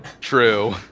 True